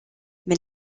mais